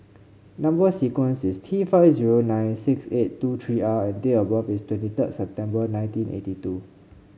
number sequence is T five zero nine six eight two three R and date of birth is twenty third September nineteen eighty two